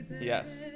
yes